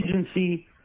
agency